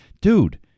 dude